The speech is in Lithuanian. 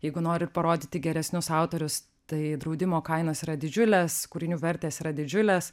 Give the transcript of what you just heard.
jeigu norit parodyti geresnius autorius tai draudimo kainos yra didžiulės kūrinių vertės yra didžiulės